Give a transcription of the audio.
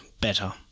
better